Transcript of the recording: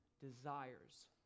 desires